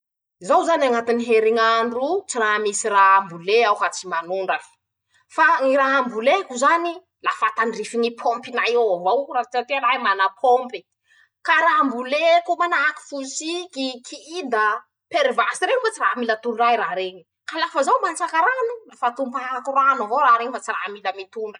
Zaho zany añatiny heriñ'androo, tsy raha misy raha ambole aho ka tsy manondraky, fa ñy raha amboleko zany lafa tandrify ñy pômpinay eo avao fa satria rahay mana pômpe, ka raha amboleko manahaky fosiky, kida, perivasy reñy moa tsy ra mila tondrahy ra reñy ka lafa zaho mantsaka rano lafa tompahako rano avao raha reñy fa tsy raha mila mitondraky.